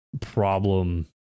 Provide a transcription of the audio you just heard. problem